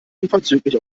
unverzüglich